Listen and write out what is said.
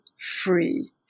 free